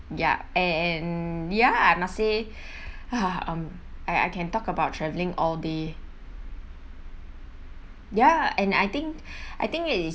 ya and and ya I must say ah um I I can talk about travelling all day ya and I think I think is